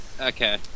okay